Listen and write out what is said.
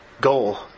goal